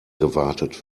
gewartet